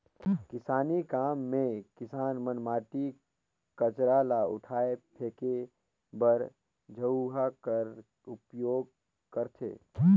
किसानी काम मे किसान मन माटी, कचरा ल उठाए फेके बर झउहा कर उपियोग करथे